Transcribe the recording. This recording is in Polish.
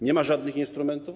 Nie ma żadnych instrumentów?